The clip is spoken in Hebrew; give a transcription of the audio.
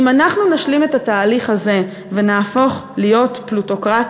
אם אנחנו נשלים את התהליך הזה ונהפוך להיות פלוטוקרטיה,